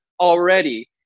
already